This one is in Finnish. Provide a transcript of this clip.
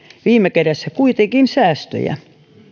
viime kädessä kuitenkin säästöjä